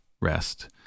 rest